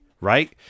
right